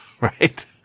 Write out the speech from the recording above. right